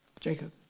Jacob